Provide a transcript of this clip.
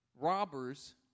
robbers